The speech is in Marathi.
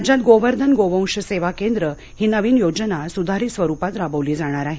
राज्यात गोवर्धन गोवंश सेवा केंद्र ही नवीन योजना सुधारित स्वरुपात राबवली जाणार आहे